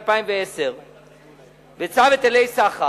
התש"ע 2010. בצו היטלי סחר